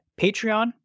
Patreon